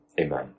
amen